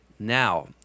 Now